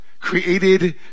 created